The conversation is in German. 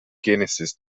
genesis